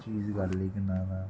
चीज garlic naan हा